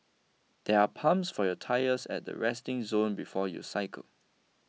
there are pumps for your tyres at the resting zone before you cycle